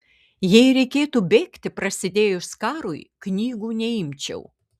jei reikėtų bėgti prasidėjus karui knygų neimčiau